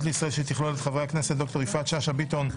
לישראל שתכלות את חברי הכנסת ד"ר יפעת שאשא ביטון,